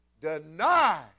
deny